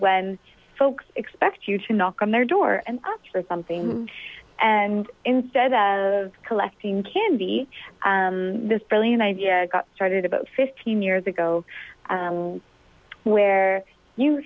when folks expect you to knock on their door and ask for something and instead of collecting candy this brilliant idea got started about fifteen years ago where